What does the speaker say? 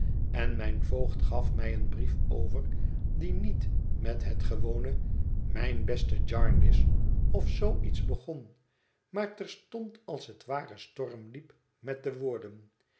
en mijn voogd gaf mij een brief over die niet met het gewone mijn beste jarndyce of zoo iets begon maar terstond als het ware storm liep met de woorden